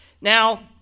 Now